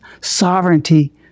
sovereignty